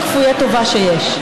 גמליאל,